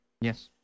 Yes